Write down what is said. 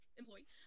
employee